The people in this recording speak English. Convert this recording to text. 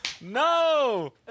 No